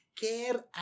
care